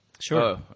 Sure